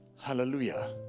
Hallelujah